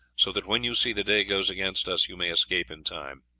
so that when you see the day goes against us you may escape in time.